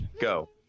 go